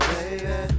Baby